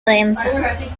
densa